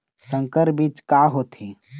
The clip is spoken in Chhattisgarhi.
संकर बीज का होथे?